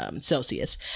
Celsius